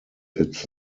its